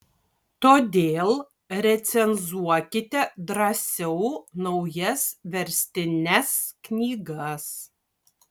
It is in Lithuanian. todėl recenzuokite drąsiau naujas verstines knygas